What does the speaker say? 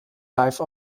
live